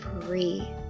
free